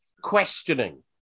questioning